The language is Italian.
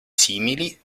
simili